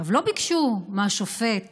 לא ביקשו מהשופט